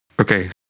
Okay